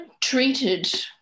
treated